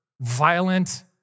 violent